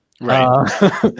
Right